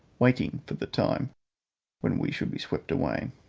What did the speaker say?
waiting for the time when we should be swept away.